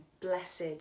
blessed